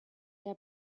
der